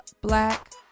Black